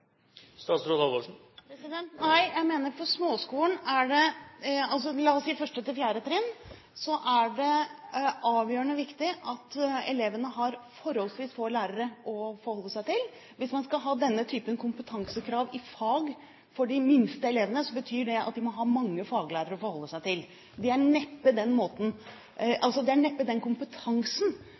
Nei, jeg mener at på småskolen – på 1.–4. trinn – er det avgjørende viktig at elevene har forholdsvis få lærere å forholde seg til. Hvis man skal ha denne typen kompetansekrav i fag for de minste elevene, betyr det at de må ha mange faglærere å forholde seg til. Det er neppe den kompetansen man først og fremst trenger i 1.–4. trinn, og det tror jeg Hattie ville vært enig med meg i. Så er